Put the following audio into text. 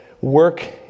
work